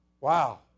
wow